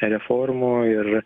reformų ir